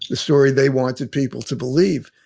the story they wanted people to believe.